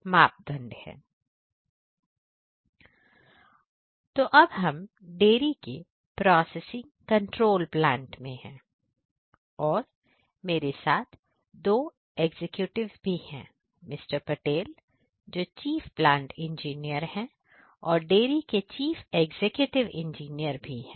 तो अब हम डेरी के प्रोसेसिंग कंट्रोल प्लांट भी है